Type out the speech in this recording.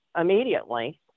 immediately